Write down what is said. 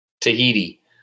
Tahiti